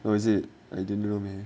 oh is it I didn't know me